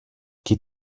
geht